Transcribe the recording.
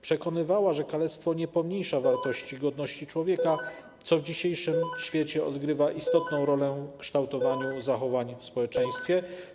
Przekonywała, że kalectwo nie pomniejsza wartości i godności człowieka, co w dzisiejszym świecie odgrywa istotną rolę w kształtowaniu zachowań w społeczeństwie.